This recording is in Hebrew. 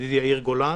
ידידי יאיר גולן